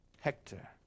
Hector